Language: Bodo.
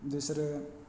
बिसोरो